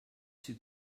two